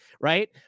Right